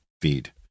feed